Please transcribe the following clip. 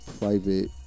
private